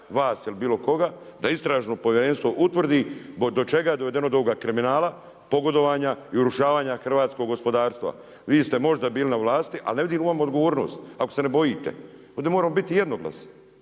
vas ili bilo koga da istražno povjerenstvo utvrdi do čega je dovedeno do ovoga kriminala, pogodovanja i urušavanja hrvatskog gospodarstva. Vi ste možda bili na vlasti, ali ne vidim u ovome odgovornost ako se ne bojite, ovdje moramo biti jednoglasni,